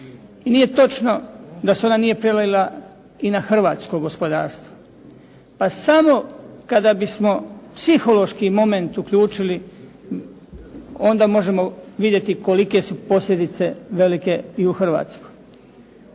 I nije točno da se ona nije prelila i na hrvatsko gospodarstvo, pa samo kada bismo psihološki moment uključili, onda možemo vidjeti kolike su posljedice velike i u Hrvatskoj.